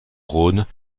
rhône